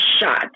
shot